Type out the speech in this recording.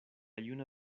juna